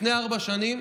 לפני ארבע שנים